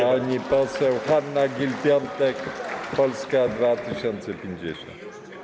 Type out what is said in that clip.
Pani poseł Hanna Gill-Piątek, Polska 2050.